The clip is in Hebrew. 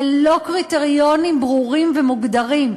ללא קריטריונים ברורים ומוגדרים.